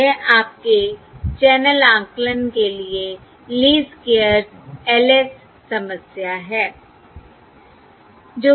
यह आपके चैनल आकलन के लिए लीस्ट स्क्वेयर्स LS समस्या है